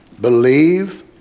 Believe